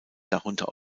darunter